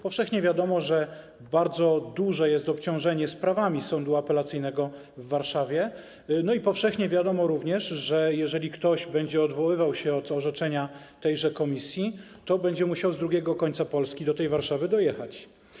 Powszechnie wiadomo, że bardzo duże jest obciążenie sprawami Sądu Apelacyjnego w Warszawie, i powszechnie wiadomo również, że jeżeli ktoś będzie odwoływał się od orzeczenia tejże komisji, to będzie musiał z drugiego końca Polski do tej Warszawy dojechać.